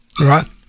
right